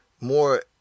more